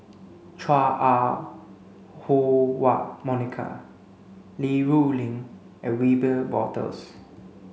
Chua Ah Huwa Monica Li Rulin and Wiebe Wolters